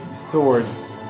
swords